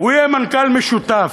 יהיה מנכ"ל משותף,